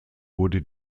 wurde